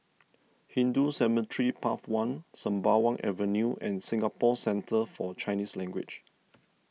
Hindu Cemetery Path one Sembawang Avenue and Singapore Centre for Chinese Language